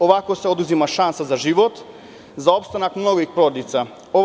Ovako se oduzima šansa za život za opstanak mnogih porodica.